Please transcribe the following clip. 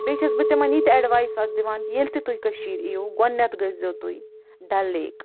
بیٚیہِ چھس بہٕ تِمن یہِ تہِ ایڈوایس اکھ دِوان کہِ ییٚلہِ تہِ تُہۍ کشیٖرِ ییِو گۄڈٕنیٹھ گژھۍ زیو تُہۍ ڈل لیک